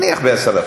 נניח ב-10%.